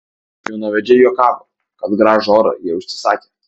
jaunavedžiai juokavo kad gražų orą jie užsisakę